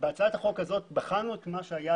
בהצעת החוק הזו --- בחנו את מה שהיה